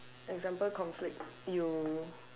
example conflict you